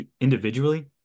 individually